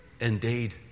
indeed